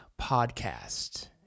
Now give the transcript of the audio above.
podcast